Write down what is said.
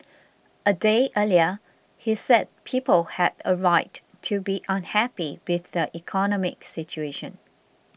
a day earlier he said people had a right to be unhappy with the economic situation